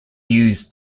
used